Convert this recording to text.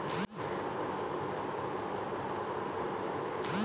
आजकल खेती के तरीकों और उपकरणों में क्या परिवर्तन आ रहें हैं?